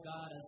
God